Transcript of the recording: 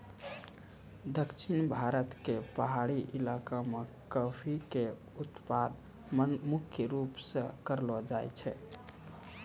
दक्षिण भारत के पहाड़ी इलाका मॅ कॉफी के उत्पादन मुख्य रूप स करलो जाय छै